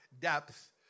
depth